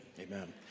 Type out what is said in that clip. amen